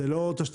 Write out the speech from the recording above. אלה לא תשתיות.